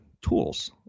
tools